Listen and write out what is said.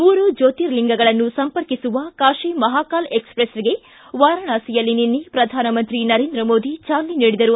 ಮೂರು ಜ್ಯೋತಿರ್ಲಿಂಗಗಳನ್ನು ಸಂಪರ್ಕಿಸುವ ಕಾಶಿ ಮಹಾಕಾಲ್ ಎಕ್ಸ್ಪ್ರೆಸ್ಗೆ ವಾರಣಾಸಿಯಲ್ಲಿ ನಿನ್ನೆ ಪ್ರಧಾನಮಂತ್ರಿ ನರೇಂದ್ರ ಮೋದಿ ಚಾಲನೆ ನೀಡಿದರು